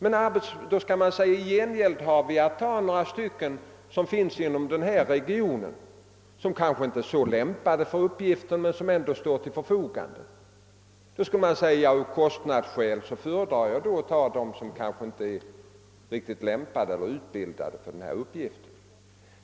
Å andra sidan kan företaget då anlita några personer som står till förfogande inom den aktuella regionen men som kanske inte är så väl utbildade och lämpade för uppgiften. Företaget skulle i detta läge av kostnadsskäl kanske föredra att anställa de personer som inte är riktigt utbildade för uppgiften i fråga men ändå står till förfogande.